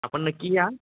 आपण की या